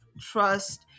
trust